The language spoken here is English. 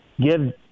give